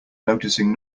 noticing